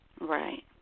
Right